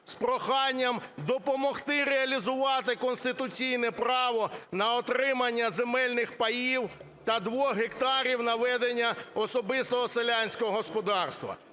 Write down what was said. з проханням допомогти реалізувати конституційне право на отримання земельних паїв та двох гектарів на ведення особистого селянського господарства.